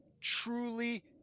truly